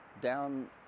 down